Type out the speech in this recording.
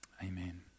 amen